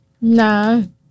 No